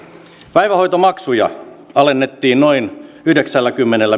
päivähoitomaksuja alennettiin noin yhdeksälläkymmenellä